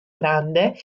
grande